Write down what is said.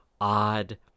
odd